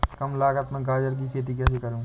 कम लागत में गाजर की खेती कैसे करूँ?